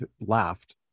laughed